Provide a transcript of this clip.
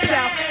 South